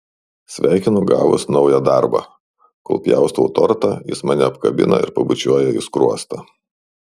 sveikinu gavus naują darbą kol pjaustau tortą jis mane apkabina ir pabučiuoja į skruostą